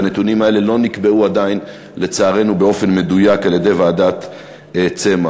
והנתונים האלה לא נקבעו עדיין לצערנו באופן מדויק על-ידי ועדת צמח.